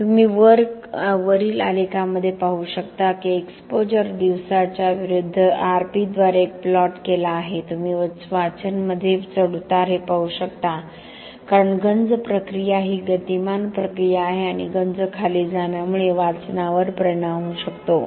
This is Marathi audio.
तुम्ही वरील आलेखामध्ये पाहू शकता की एक्सपोजर दिवसांच्या विरूद्ध RP द्वारे एक प्लॉट केला आहे तुम्ही वाचनमध्ये चढ उतार हे पाहू शकता कारण गंज प्रक्रिया ही गतिमान प्रक्रिया आहे आणि गंज खाली जाण्यामुळे वाचनावर परिणाम होऊ शकतो